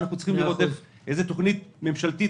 אנחנו צריכים לראות איזו תוכנית ממשלתית